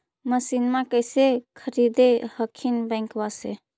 मसिनमा कैसे खरीदे हखिन बैंकबा से?